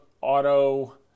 auto